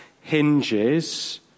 hinges